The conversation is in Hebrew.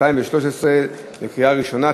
התשע"ד 2013, לקריאה הראשונה.